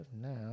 now